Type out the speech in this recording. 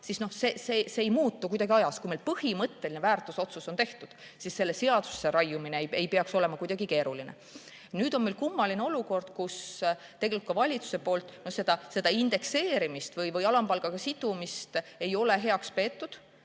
siis see ei muutu kuidagi ajas. Kui meil põhimõtteline väärtusotsus on tehtud, siis selle seadusesse raiumine ei peaks olema kuidagi keeruline. Nüüd on meil kummaline olukord, kus tegelikult ka valitsuse poolt seda indekseerimist või alampalgaga sidumist ei ole heaks peetud.